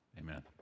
amen